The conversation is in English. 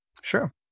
Sure